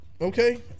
Okay